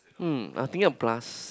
um I'm thinking of plus